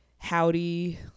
howdy